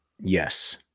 Yes